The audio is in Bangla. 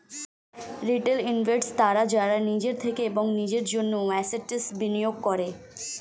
রিটেল ইনভেস্টর্স তারা যারা নিজের থেকে এবং নিজের জন্য অ্যাসেট্স্ বিনিয়োগ করে